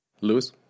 Lewis